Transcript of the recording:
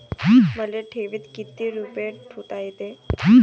मले ठेवीत किती रुपये ठुता येते?